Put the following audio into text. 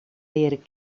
leren